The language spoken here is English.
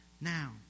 now